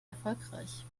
erfolgreich